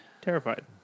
Terrified